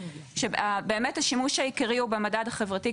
שבאמת השימוש העיקרי הוא במדד החברתי,